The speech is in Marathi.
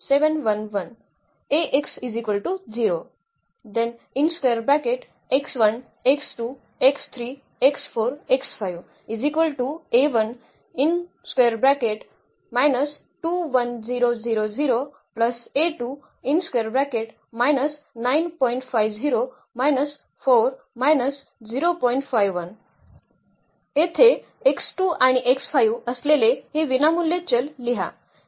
येथे आणि असलेले हे विनामूल्य चल लिहा